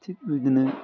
थिक बिदिनो